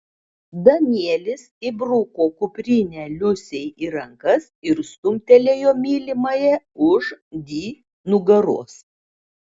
danielis įbruko kuprinę liusei į rankas ir stumtelėjo mylimąją už di nugaros